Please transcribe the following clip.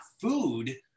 food